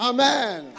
Amen